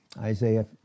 Isaiah